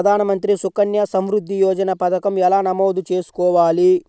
ప్రధాన మంత్రి సుకన్య సంవృద్ధి యోజన పథకం ఎలా నమోదు చేసుకోవాలీ?